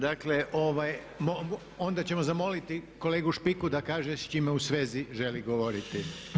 Dakle onda ćemo zamoliti kolegu Špiku da kaže s čime u svezi želi govoriti.